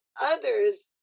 others